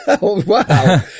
Wow